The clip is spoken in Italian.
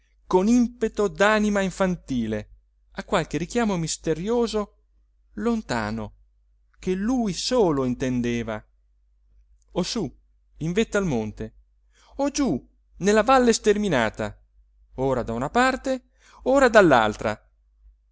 con impeto d'anima infantile a qualche richiamo misterioso lontano che lui solo intendeva o su in vetta al monte o giù nella valle sterminata ora da una parte ora